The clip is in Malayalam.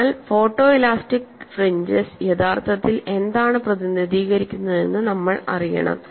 അതിനാൽ ഫോട്ടോഇലാസ്റ്റിറ്റിക് ഫ്രിഞ്ചെസ് യഥാർത്ഥത്തിൽ എന്താണ് പ്രതിനിധീകരിക്കുന്നതെന്ന് നമ്മൾ അറിയണം